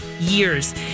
years